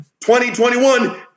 2021